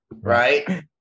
right